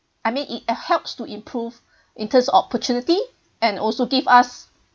I mean it helps to improve in terms of opportunity and also give us